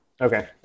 Okay